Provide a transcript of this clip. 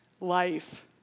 life